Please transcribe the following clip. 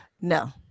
no